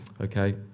okay